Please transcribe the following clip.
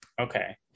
Okay